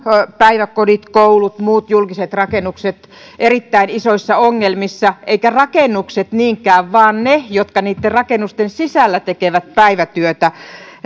päiväkodit koulut muut julkiset rakennukset erittäin isoissa ongelmissa eivätkä rakennukset niinkään vaan ne jotka niitten rakennusten sisällä tekevät päivätyötä